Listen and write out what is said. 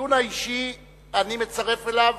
הדיון האישי, אני מצרף אליו